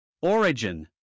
Origin